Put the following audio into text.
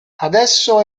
adesso